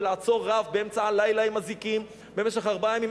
לעצור רב באמצע הלילה עם אזיקים במשך ארבעה ימים,